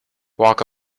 walk